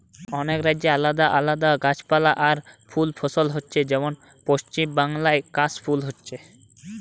অনেক রাজ্যে আলাদা আলাদা গাছপালা আর ফুল ফসল হচ্ছে যেমন পশ্চিমবাংলায় কাশ ফুল হচ্ছে